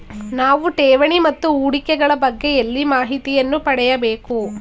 ನಾವು ಠೇವಣಿ ಮತ್ತು ಹೂಡಿಕೆ ಗಳ ಬಗ್ಗೆ ಎಲ್ಲಿ ಮಾಹಿತಿಯನ್ನು ಪಡೆಯಬೇಕು?